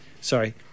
Sorry